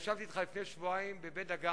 ישבתי אתך לפני שבועיים בבית-דגן,